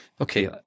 Okay